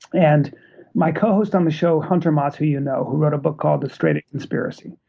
and my co-host on the show, hunter maats, who you know, who wrote a book called the straight-a conspiracy,